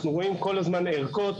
אנחנו רואים כל הזמן ערכות,